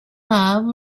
love